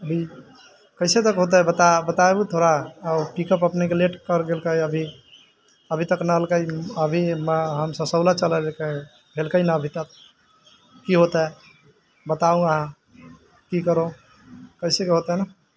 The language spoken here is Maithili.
अभी कइसे तब होतै बताबू थोड़ा पिकअप अपनेके लेट कर गेलकै अभी अभीतक नहि अएलकै अभी हम ससौला चल अएलकै नहि अभीतक की होतै बताउ अहाँ की करू कइसे होतै ने